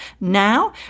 now